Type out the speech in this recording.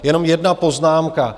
Jenom jedna poznámka.